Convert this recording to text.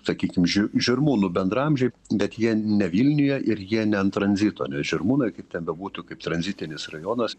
sakykim ži žirmūnų bendraamžiai bet jie ne vilniuje ir jie ne ant tranzito nes žirmūnai kaip ten bebūtų kaip tranzitinis rajonas